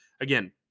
again